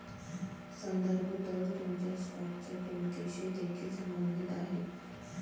संदर्भ दर तुमच्या स्टॉकच्या किंमतीशी देखील संबंधित आहे